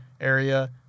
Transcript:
area